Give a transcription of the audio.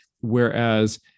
whereas